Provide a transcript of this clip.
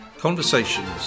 Conversations